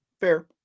Fair